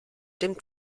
dem